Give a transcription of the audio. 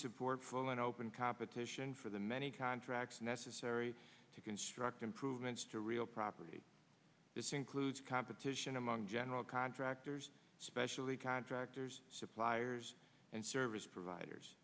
support full and open competition for the many contracts necessary to construct improvements to real property this includes competition among general contractors especially contractors suppliers and service providers